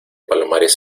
palomares